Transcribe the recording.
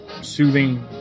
soothing